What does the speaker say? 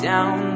Down